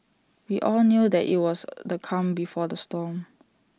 we all knew that IT was the calm before the storm